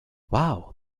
wow